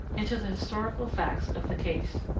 into the historical facts of the case.